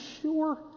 sure